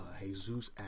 Jesus